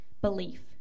belief